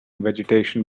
vegetation